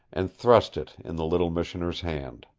and thrust it in the little missioner's hand.